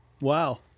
Wow